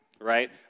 right